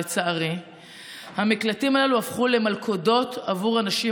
לצערי המקלטים האלה הפכו למלכודות עבור הנשים